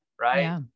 right